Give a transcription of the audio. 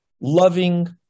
loving